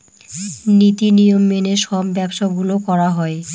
নীতি নিয়ম মেনে সব ব্যবসা গুলো করা হয়